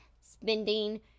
spending